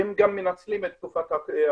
והם גם מנצלים את תקופת הקורונה,